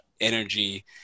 energy